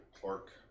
Clark